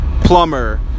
plumber